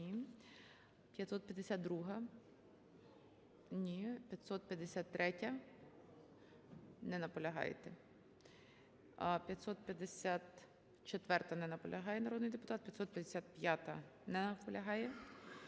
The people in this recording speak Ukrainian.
Ні. 552-а. Ні. 553-я. Не наполягаєте. 554-а. Не наполягає народний депутат. 555-а. Не наполягає.